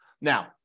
Now